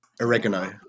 Oregano